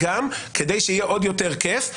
וכדי שיהיה עוד יותר כיף,